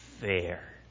fair